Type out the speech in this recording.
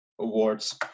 awards